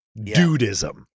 Dudism